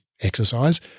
Exercise